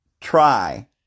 try